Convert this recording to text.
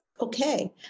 okay